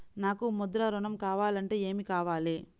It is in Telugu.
నాకు ముద్ర ఋణం కావాలంటే ఏమి కావాలి?